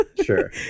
Sure